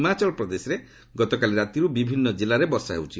ହିମାଚଳ ପ୍ରଦେଶରେ ଗତକାଲି ରାତିରୁ ବିଭିନ୍ନ କିଲ୍ଲାରେ ବର୍ଷା ହେଉଛି